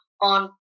on